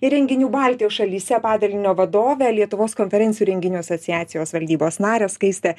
ir renginių baltijos šalyse padalinio vadovę lietuvos konferencijų ir renginių asociacijos valdybos narę skaistę